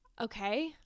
okay